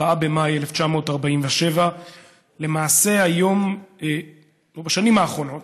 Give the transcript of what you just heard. ב-4 במאי 1947. למעשה, היום או בשנים האחרונות